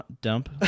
dump